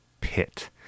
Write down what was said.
pit